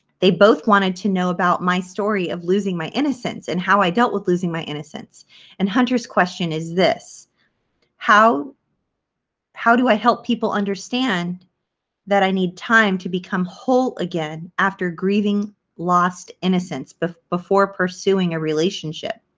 they both wanted to know about my story of losing my innocence and how i dealt with losing my innocence and hunter's question is this how how do i help people understand that i need time to become whole again after grieving lost innocence but before pursuing a relationship?